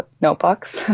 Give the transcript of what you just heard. notebooks